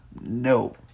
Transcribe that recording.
No